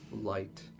light